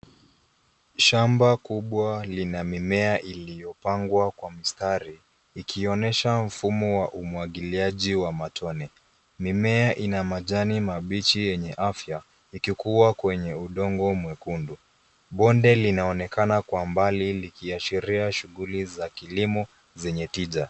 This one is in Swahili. Shamba kubwa lina mimea iliyo pangwa kwa mistari likionyesha mfumo wa umwagiliaji wa matone. Mimea ina majani mabichi yenye afya ikikuwa kwenye udongo mwekundu. Bonde linaonekana kwa mbali likiashiria shughuli za kilimo zenye tija.